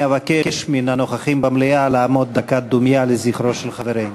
אני אבקש מן הנוכחים במליאה לעמוד דקת דומייה לזכרו של חברנו.